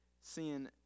seeing